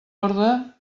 orde